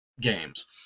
games